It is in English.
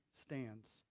stands